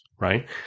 right